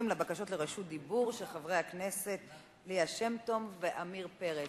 לבקשות לרשות דיבור של חברי הכנסת ליה שמטוב ועמיר פרץ.